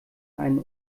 einen